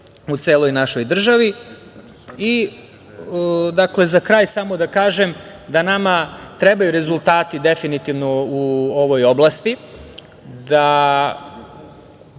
u celoj našoj državi.Za kraj, samo da kažem da nama trebaju rezultati definitivno u ovoj oblasti.